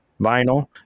vinyl